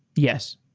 yes.